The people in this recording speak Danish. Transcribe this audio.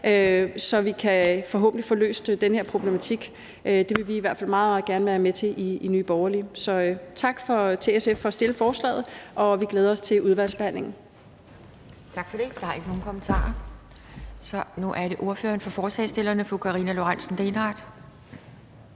så vi forhåbentlig kan få løst den her problematik. Det vil vi i hvert fald meget gerne være med til i Nye Borgerlige. Så tak til SF for at fremsætte forslaget, og vi glæder os til udvalgsbehandlingen. Kl. 11:46 Anden næstformand (Pia Kjærsgaard): Tak for det. Der er ikke nogen kommentarer. Nu er det ordføreren for forslagsstillerne, fru Karina Lorentzen Dehnhardt.